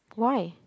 why